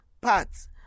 parts